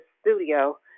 studio